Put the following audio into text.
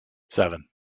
seven